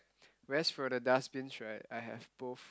whereas for the dustbins right I have both